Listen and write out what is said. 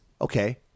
okay